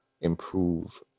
improve